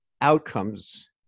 outcomes